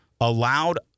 allowed